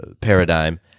paradigm